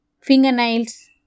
fingernails